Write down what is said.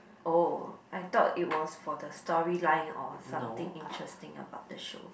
oh I thought it was for the storyline or something interesting about the show